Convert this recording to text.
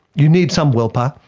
you need some willpower,